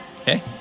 Okay